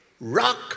rock